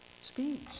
speech